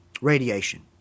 radiation